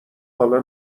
حالا